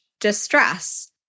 distress